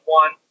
one